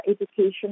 education